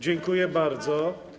Dziękuję bardzo.